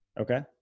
Okay